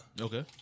Okay